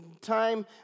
time